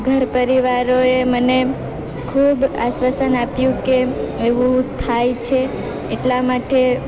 ઘર પરિવારોએ મને ખૂબ આશ્વાસન આપ્યું કે એવું થાય છે એટલા માટે